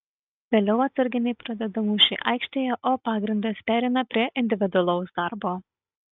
vėliau atsarginiai pradeda mūšį aikštėje o pagrindas pereina prie individualaus darbo